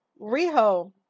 Riho